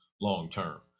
long-term